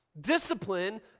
Discipline